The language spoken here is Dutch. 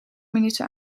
minuten